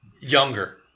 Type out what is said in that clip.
younger